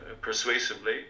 persuasively